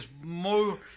more